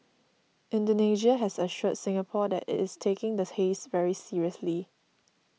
Indonesia has assured Singapore that it is taking the haze very seriously